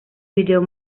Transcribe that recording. video